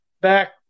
back